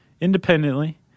independently